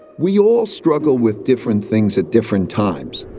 we all struggle with different things at different times,